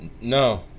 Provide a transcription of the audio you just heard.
No